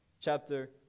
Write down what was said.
chapter